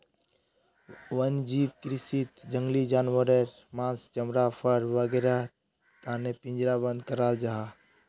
वन्यजीव कृषीत जंगली जानवारेर माँस, चमड़ा, फर वागैरहर तने पिंजरबद्ध कराल जाहा